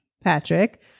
Patrick